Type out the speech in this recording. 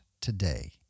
Today